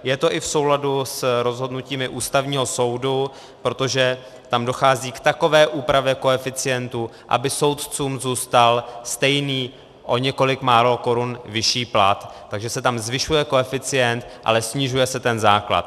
Je to i v souladu s rozhodnutími Ústavního soudu, protože tam dochází k takové úpravě koeficientu, aby soudcům zůstal stejný, o několik málo korun vyšší plat, takže se tam zvyšuje koeficient, ale snižuje se základ.